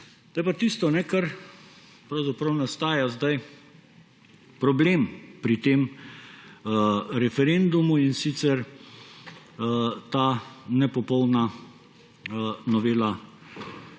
pa tisto, kajne, kar pravzaprav nastaja zdaj problem pri tem referendumu, in sicer ta nepopolna novela